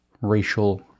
racial